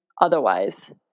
otherwise